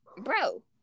bro